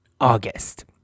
August